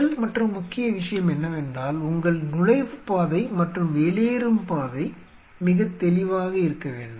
முதல் மற்றும் முக்கிய விஷயம் என்னவென்றால் உங்கள் நுழைவுப்பாதை மற்றும் வெளியேறும் பாதை மிகத் தெளிவாக இருக்க வேண்டும்